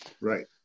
right